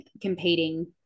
competing